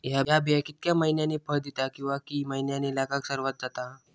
हया बिया कितक्या मैन्यानी फळ दिता कीवा की मैन्यानी लागाक सर्वात जाता?